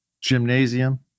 gymnasium